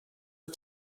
are